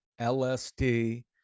LSD